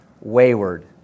wayward